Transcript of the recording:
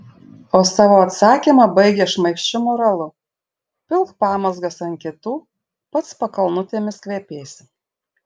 o savo atsakymą baigia šmaikščiu moralu pilk pamazgas ant kitų pats pakalnutėmis kvepėsi